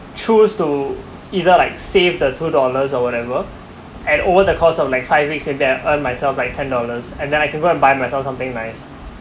choose to either like save the two dollars or whatever and over the cost of like high risk can better earn myself like ten dollars and then I can go and buy myself something nice